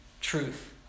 truth